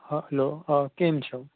hello હાં કેમ છો